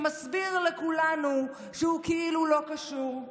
שמסביר לכולנו שהוא כאילו לא קשור,